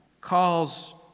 calls